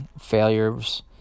failures